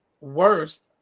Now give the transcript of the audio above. worse